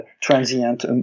transient